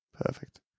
Perfect